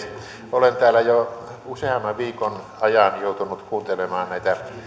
olen täällä jo useamman viikon ajan joutunut kuuntelemaan näitä